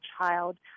child